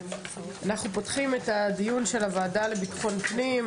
אנחנו פותחים את הדיון של הוועדה לביטחון פנים,